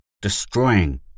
destroying